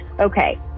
okay